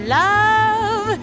love